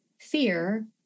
fear